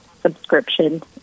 subscription